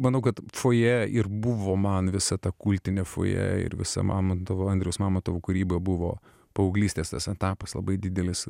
manau kad fojė ir buvo man visą tą kultinę fojė ir visa mamontovo andriaus mamontovo kūryba buvo paauglystės etapas labai didelis